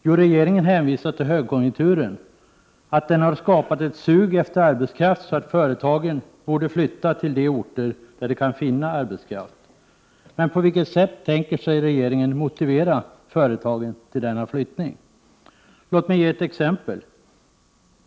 Jo, regeringen hänvisar till högkonjunkturen och till att den har skapat ett sug efter arbetskraft så att företagen borde flytta till de orter där de kan finna arbetskraft. På vilket sätt tänker sig regeringen att man skall motivera företagen till denna flyttning? Låt mig ge ett exempel.